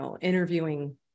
interviewing